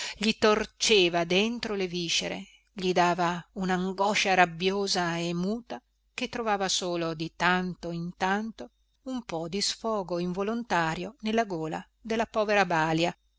respiro gli torceva dentro le viscere gli dava unangoscia rabbiosa e muta che trovava solo di tanto in tanto un po di sfogo involontario nella gola della povera balia